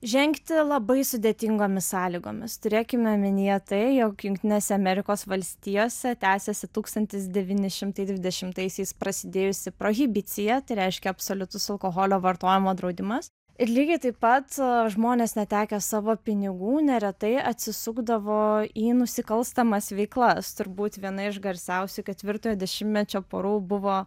žengti labai sudėtingomis sąlygomis turėkime omenyje tai jog jungtinėse amerikos valstijose tęsėsi dūkstantis devyni šimtai dvidešimtaisiais prasidėjusi prohibicija tai reiškia absoliutus alkoholio vartojimo draudimas ir lygiai taip pat žmonės netekę savo pinigų neretai atsisukdavo į nusikalstamas veiklas turbūt viena iš garsiausių ketvirtojo dešimtmečio porų buvo